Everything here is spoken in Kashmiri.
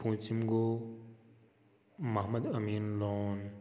پوٗنٛژِم گوٚو محمد امیٖن لون